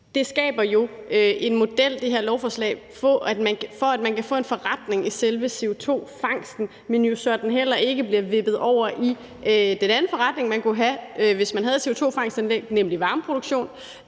skaber jo en model for, at man kan få en forretning af selve CO2-fangsten, men så den jo heller ikke bliver vippet over i den anden forretning, man kunne have, hvis man havde CO2-fangst-anlæg, nemlig varmeproduktion,